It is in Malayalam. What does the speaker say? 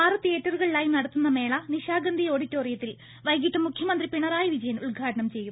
ആറ് തിയേറ്ററുകളിലായി നടത്തുന്ന മേള നിശാഗന്ധി ഓഡിറ്റോറിയത്തിൽ വൈകീട്ട് മുഖ്യമന്ത്രി പിണറായി വിജയൻ ഉദ്ഘാടനം ചെയ്യും